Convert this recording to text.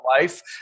life